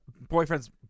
boyfriend's